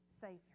Savior